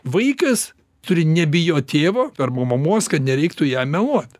vaikas turi nebijot tėvo arba mamos kad nereiktų jam meluot